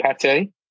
pate